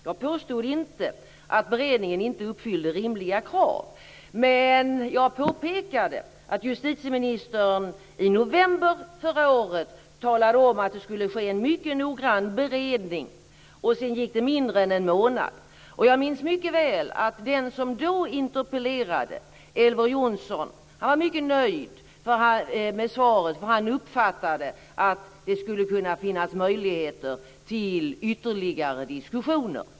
Jag påstod inte att beredningen inte uppfyller rimliga krav, men jag påpekade att justitieministern i november förra året talade om att det skulle ske en mycket noggrann beredning. Sedan gick det mindre än en månad innan det väcktes en interpellation. Jag minns mycket väl att interpellanten Elver Jonsson var mycket nöjd med svaret, eftersom han uppfattade att det skulle kunna finnas möjligheter till ytterligare diskussioner.